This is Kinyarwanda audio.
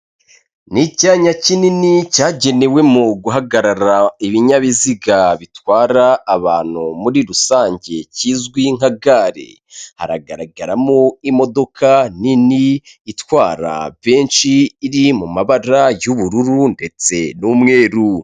Ni icyanya kinini cyagenewemo guhagarara ibinyabiziga bitwara abantu muri rusange kizwi nka gare, haragaragaramo imodoka nini itwara benshi iri mu mabara y'ubururu ndetse n'umweru.